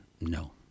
no